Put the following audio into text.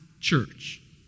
church